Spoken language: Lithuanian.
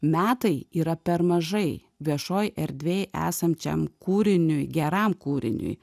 metai yra per mažai viešoj erdvėj esančiam kūriniui geram kūriniui